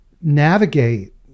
navigate